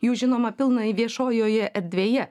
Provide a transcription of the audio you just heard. jų žinoma pilna viešojoje erdvėje